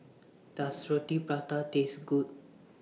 Does Roti Prata Taste Good